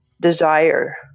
desire